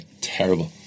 terrible